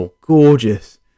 gorgeous